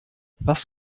was